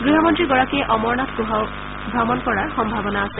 গৃহমন্ত্ৰীগৰাকীয়ে অমৰনাথ গুহাও ভ্ৰমণ কৰাৰ সম্ভাৱনা আছে